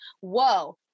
whoa